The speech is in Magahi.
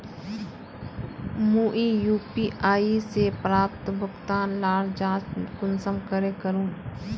मुई यु.पी.आई से प्राप्त भुगतान लार जाँच कुंसम करे करूम?